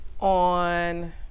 on